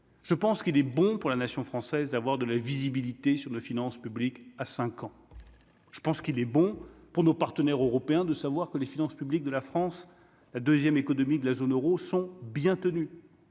je pense qu'il est bon pour la nation française d'avoir de la visibilité sur nos finances publiques à 5 ans, je pense qu'il est bon pour nos partenaires européens, de savoir que les finances publiques de la France, la 2ème économie de la zone Euro sont bien tenus,